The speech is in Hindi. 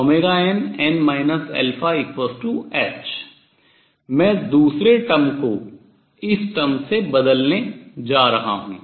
2nn h मैं दूसरे term पद को इस term पद को बदलने जा रहा हूँ